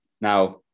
now